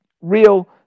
real